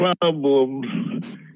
problems